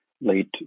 late